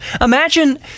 Imagine